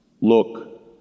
Look